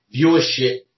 viewership